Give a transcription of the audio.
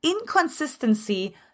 inconsistency